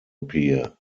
appear